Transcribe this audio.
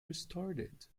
restarted